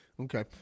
okay